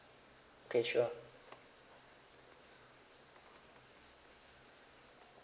okay sure